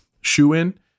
shoe-in